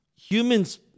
humans